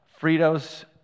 Fritos